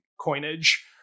coinage